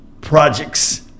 projects